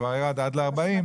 כבר ירד עד ל-40,